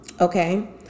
okay